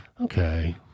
Okay